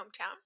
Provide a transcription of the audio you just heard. hometown